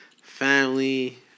Family